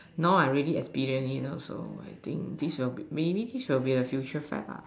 now I really experience it you know so I think maybe this will be the future fat lah